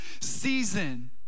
season